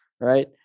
right